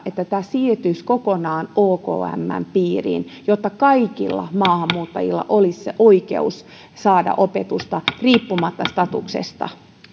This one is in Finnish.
että tämä siirtyisi kokonaan okmn piiriin jotta kaikilla maahanmuuttajilla olisi oikeus saada opetusta riippumatta statuksesta